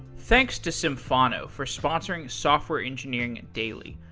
thanks to symphono for sponsoring software engineering and daily.